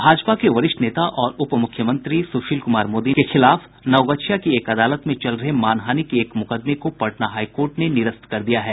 भाजपा के वरिष्ठ नेता और उपमुख्यमंत्री सुशील कुमार मोदी के खिलाफ नवगछिया की एक अदालत में चल रहे मानहानि के एक मुकदमे को पटना हाई कोर्ट ने निरस्त कर दिया है